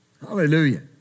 Hallelujah